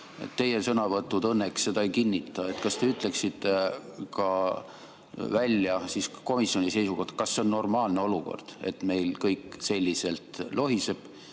Teie sõnavõtud õnneks seda ei kinnita. Kas te ütleksite välja komisjoni seisukoha, kas see on normaalne olukord, et meil kõik selliselt lohiseb,